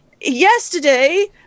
yesterday